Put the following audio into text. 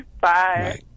Bye